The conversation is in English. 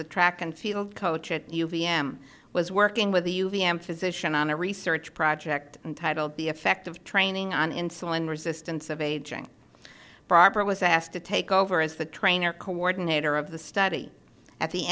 the track and field coach at uva m was working with the u v m physician on a research project titled the effect of training on insulin resistance of aging barbara was asked to take over as the trainer co ordinator of the study at the